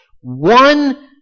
one